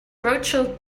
rothschild